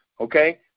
okay